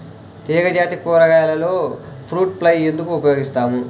తీగజాతి కూరగాయలలో fruit fly ఎందుకు ఉపయోగిస్తాము?